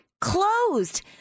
closed